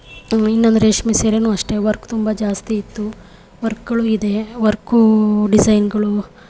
ಇನ್ನೊಂದು ರೇಷ್ಮೆ ಸೀರೆಯೂ ಅಷ್ಟೇ ವರ್ಕ್ ತುಂಬ ಜಾಸ್ತಿ ಇತ್ತು ವರ್ಕ್ಗಳು ಇದೆ ವರ್ಕೂ ಡಿಝೈನ್ಗಳು